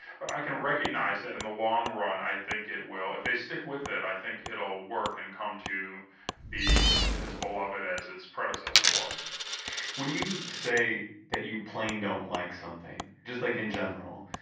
but, i can recognize that in the long run, i think it will, if they stick with it, i think it'll work and come to be as beloved as its predecessor was when you say that you plain don't like something, just like in general,